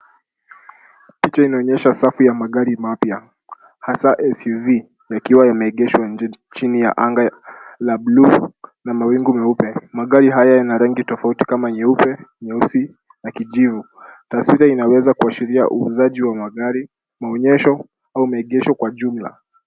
Picha inaonyesha safu ya magari mapya hasa SUV yakiwa yameegeshwa nje chini ya anga la bluu na mawingu meupe. Magari haya yana rangi tofauti kama nyeupe, nyeusi na kijivu. Taswira inaweza ikaashiria uuzaji wa magari, maonyesho au maegesho kwa jumla.